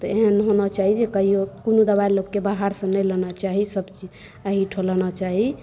तऽ एहन होना चाही जे कहिओ कोनो दबाइ लोककेँ बाहरसँ दबाइ नहि लेना चाही सभचीज एहीठाम लेना चाही